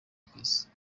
akazi